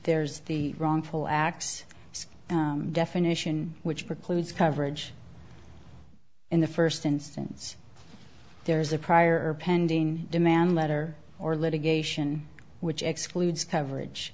there's the wrongful act definition which precludes coverage in the first instance there is a prior pending demand letter or litigation which excludes coverage